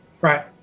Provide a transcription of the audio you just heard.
Right